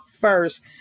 first